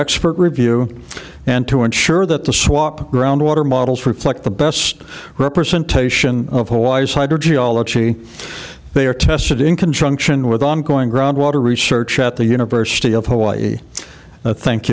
expert review and to ensure that the swap groundwater models reflect the best representation of hawaii's hydro geology they are tested in conjunction with ongoing groundwater research at the university of hawaii thank